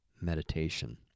Meditation